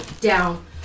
down